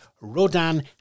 Rodan